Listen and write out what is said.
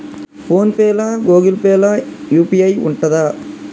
Phone pay లా Google Pay లా UPI ఉంటదా?